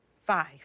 Five